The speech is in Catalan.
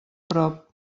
prop